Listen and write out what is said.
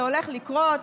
זה הולך לקרות,